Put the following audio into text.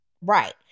Right